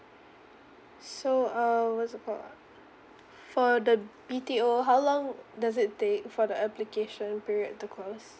so uh what's about ah for the B_T_O how long does it take for the application period to call us